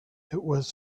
was